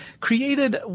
created